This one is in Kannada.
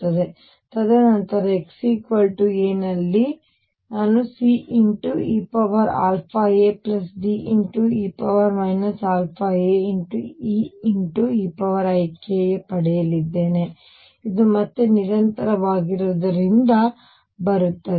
ತದನಂತರ x a ನಲ್ಲಿ ನಾನು C eαaD e αaE eika ಪಡೆಯಲಿದ್ದೇನೆ ಇದು ಮತ್ತೆ ನಿರಂತರವಾಗಿರುವುದರಿಂದ ಬರುತ್ತದೆ